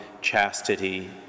chastity